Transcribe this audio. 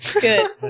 Good